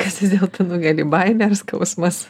kas vis dėlto nugali baimė ar skausmas